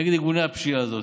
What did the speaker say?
נגד ארגוני הפשיעה הזאת.